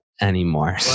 Anymore